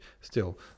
Still